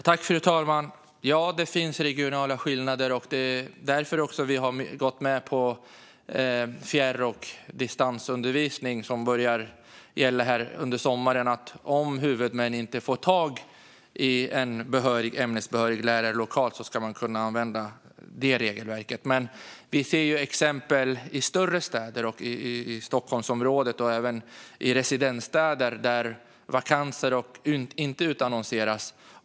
Fru talman! Ja, det finns regionala skillnader. Därför har vi gått med på fjärr och distansundervisning, något som börjar gälla under sommaren. Det innebär att om huvudmännen inte får tag på en ämnesbehörig lärare lokalt ska de kunna använda detta regelverk. Vi ser dock exempel i större städer, såsom i Stockholmsrådet och även i residensstäder, där vakanser inte utannonseras.